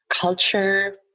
culture